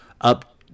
up